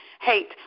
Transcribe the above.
Hate